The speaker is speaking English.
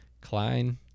Klein